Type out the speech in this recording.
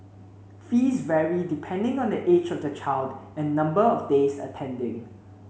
fees vary depending on the age of the child and number of days attending